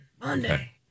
Monday